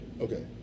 Okay